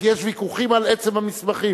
כי ויכוחים על עצם המסמכים,